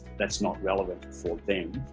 that's not relevant for them.